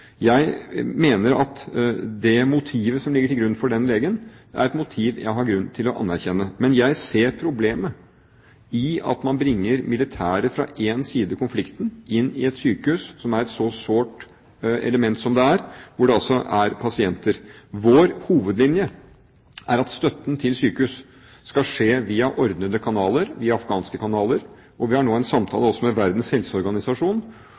Jeg mener at motivet til den legen er et motiv jeg har grunn til å anerkjenne. Men jeg ser problemet med at man bringer militære fra én side i konflikten inn i et sykehus, som er et sårbart element, hvor det altså er pasienter. Vår hovedlinje er at støtten til sykehus skal skje via ordnede kanaler, via afghanske kanaler, og vi har nå en samtale også med Verdens helseorganisasjon